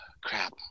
crap